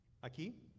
Aquí